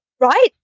Right